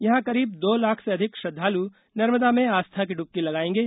यहाँ करीब दो लाख से अधिक श्रद्धालु नर्मदा में आस्था की डुबकी लगाएंगे